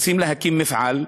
רוצים להקים מפעל,